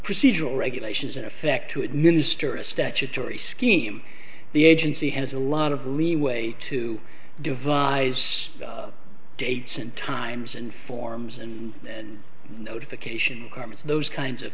procedural regulations in effect to administer a statutory scheme the agency has a lot of leeway to devise dates and times and forms and notification those kinds of